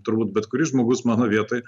turbūt bet kuris žmogus mano vietoj